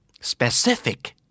Specific